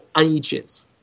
ages